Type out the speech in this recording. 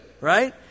right